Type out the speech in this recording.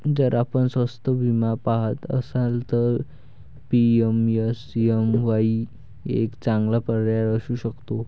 जर आपण स्वस्त विमा पहात असाल तर पी.एम.एस.एम.वाई एक चांगला पर्याय असू शकतो